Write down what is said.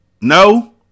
No